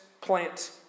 plant